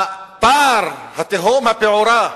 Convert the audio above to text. הפער, התהום הפעורה,